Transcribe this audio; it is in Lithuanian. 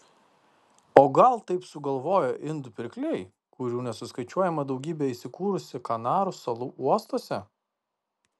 o gal taip sugalvojo indų pirkliai kurių nesuskaičiuojama daugybė įsikūrusi kanarų salų uostuose